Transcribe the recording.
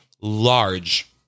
large